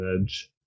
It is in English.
edge